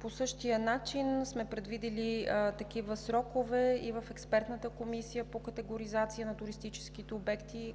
По същия начин сме предвидили такива срокове и в Експертната комисия по категоризация на туристическите обекти